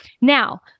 Now